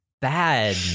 bad